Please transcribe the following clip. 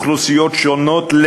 קבוצות אוכלוסייה שונות,